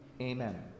Amen